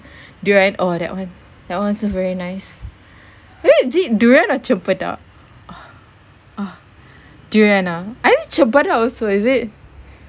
durian oh that one that one also very nice eh is it durian or cempedak ah ah durian ah I think cempedak also is it